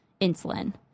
insulin